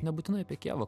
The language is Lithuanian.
nebūtinai apie kijevą